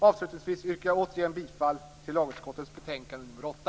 Avslutningsvis yrkar jag återigen bifall till hemställan i lagutskottets betänkande nr 8.